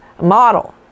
model